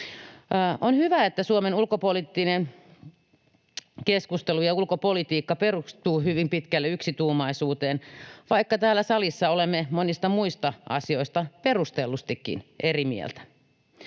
On hyvä, että Suomen ulkopoliittinen keskustelu ja ulkopolitiikka perustuu hyvin pitkälle yksituumaisuuteen, vaikka täällä salissa olemme monista muista asioista perustellustikin eri mieltä.